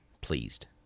pleased